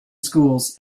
schools